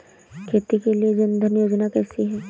खेती के लिए जन धन योजना कैसी है?